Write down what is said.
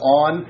on